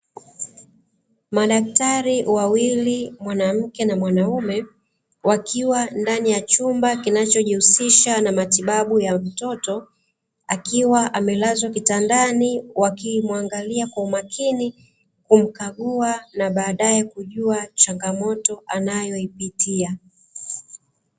Madaktari wawili mwanamke na mwanaume, wakiwa ndani ya chumba kinachojihusisha na matibabu ya mtoto, akiwa amelazwa kitandani wakimwangalia kwa umakini, kumkagua na baadaye kujua changamoto anayoipitia.